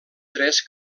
tres